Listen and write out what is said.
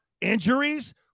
injuries